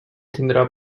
tindrà